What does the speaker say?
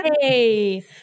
Hey